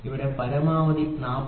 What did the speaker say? ഇവിടെ പരമാവധി 40